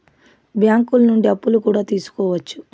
బ్యాంకులు నుండి అప్పులు కూడా తీసుకోవచ్చు